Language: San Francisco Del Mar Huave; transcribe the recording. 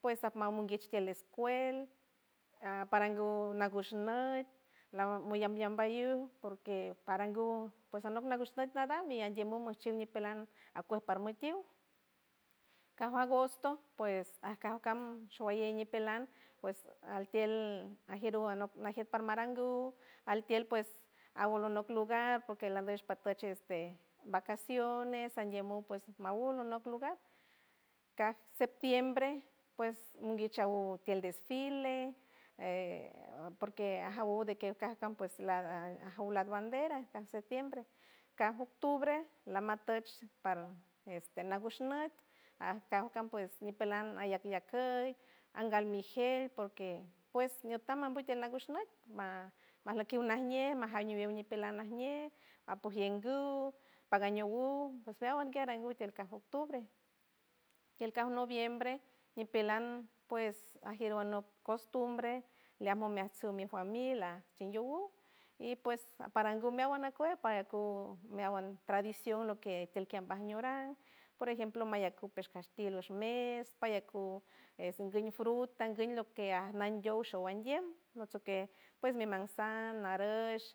Pues abmaw monguich tiel escuel a parangu nagusnot lam lla- llamba iw porque parangu pues anok nagusnot nadan mi andiem mum nchip ñipelan ajkuej parmoy parmitiw kaj agosto pues ajkankam showalley ñipelan pues altiel ajieru anok najier parmangaru altiel pues awlonok lugar porque landush patuch este vacaciones andiem mum pues maw uno anop lugar caj septiembre pues monguich tiel desfile ee porque ajau de que akankaj pues la- la jaw bandera kaj septiembre kaj octubre lamatuch par este nagusnot ajkaka pues ñipelan ayac yaküy angal mi jel porque pues ñotam mambul nagushnüt ma majlikiw najñe majañ ñipelaw najñe apojienguw pagañew wu ósea tiel kaj octubre tiel kaj noviembre ñipelan pues ajier o anop costumbre leam mojmeatsu mi famil laj chinguewu y pues parangu meawan nacuer paracuj meawan tradición lo que tiel keambaj ajñora por ejemplo mayacu pesh castil ush mesh payacu es nguey mi fruta nguey lo que andiow showandiem lo que pues mi manzan, narush